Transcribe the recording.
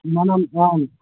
మనం